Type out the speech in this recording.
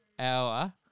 Hour